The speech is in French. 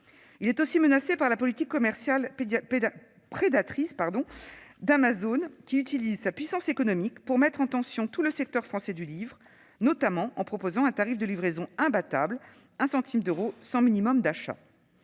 Il est aussi menacé par la politique commerciale prédatrice d'Amazon, qui utilise sa puissance économique pour mettre en tension tout le secteur français du livre, notamment en proposant un tarif de livraison imbattable : 1 centime d'euro sans minimum d'achat.